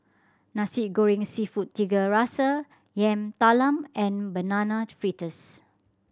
Nasi Goreng Seafood Tiga Rasa Yam Talam and Banana Fritters